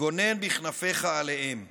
גונן בכנפיך עליהם /